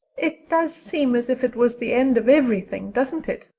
it does seem as if it was the end of everything, doesn't it?